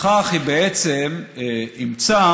בכך היא בעצם אימצה